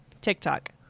TikTok